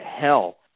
Hell